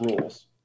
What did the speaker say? rules